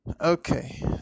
Okay